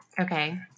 Okay